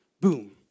Boom